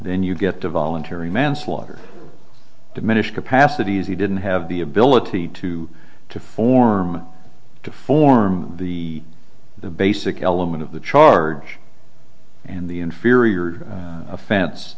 then you get to voluntary manslaughter diminished capacity is he didn't have the ability to to form to form the the basic element of the charge and the inferior offense